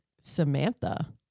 Samantha